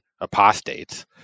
apostates